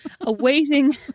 awaiting